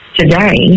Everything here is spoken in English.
today